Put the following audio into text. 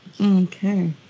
Okay